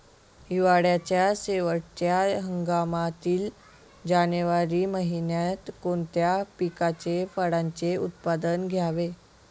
हिवाळ्याच्या शेवटच्या हंगामातील जानेवारी महिन्यात कोणत्या पिकाचे, फळांचे उत्पादन घ्यावे?